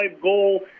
goal